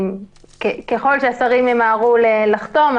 ככל שהשרים ימהרו לחתום,